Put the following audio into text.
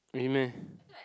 really meh